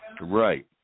Right